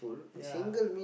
ya